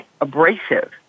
abrasive